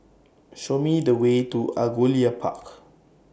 Show Me The Way to Angullia Park